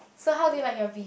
so how do you like your beef